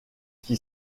qui